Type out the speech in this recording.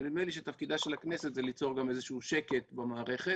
ונדמה לי שתפקידה של הכנסת זה ליצור איזה שהוא שקט במערכת.